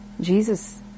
Jesus